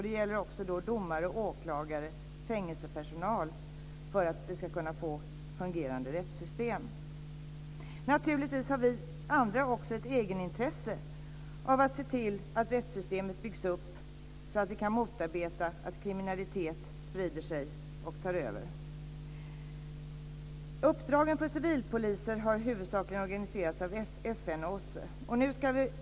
Det gäller också domare, åklagare och fängelsepersonal för att få fungerande rättssystem. Naturligtvis har vi andra också ett egenintresse av att se till att rättssystemet byggs upp så att vi kan motarbeta att kriminalitet sprider sig och tar över. Uppdragen för civilpoliser har huvudsakligen organiserats av FN och OSSE.